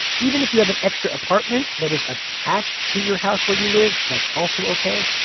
even if you have an extra apartment that is attached to your house where you live, that's also ok.